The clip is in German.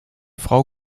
frau